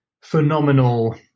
phenomenal